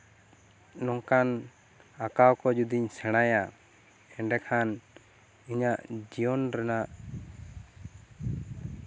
ᱱᱚᱝᱠᱟᱱ ᱟᱸᱠᱟᱣ ᱠᱚ ᱡᱩᱫᱤᱧ ᱥᱮᱬᱟᱭᱟ ᱮᱸᱰᱮᱠᱷᱟᱱ ᱤᱧᱟᱹᱜ ᱡᱤᱭᱚᱱ ᱨᱮᱱᱟᱜ